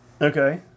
Okay